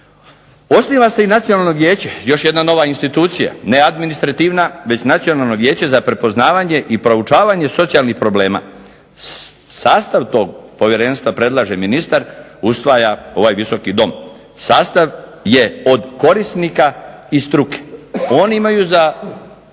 Osniva se i nacionalno vijeće, još jedna nova institucija, ne administrativna već Nacionalno vijeće za prepoznavanje i proučavanje socijalnih problema. Sastav tog povjerenstva predlaže ministar, usvaja ovaj Visoki dom. Sastav je od korisnika i struke. Oni imaju za